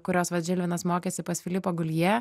kurios vat žilvinas mokėsi pas filipą gulije